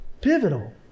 Pivotal